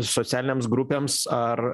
socialinėms grupėms ar